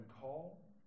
call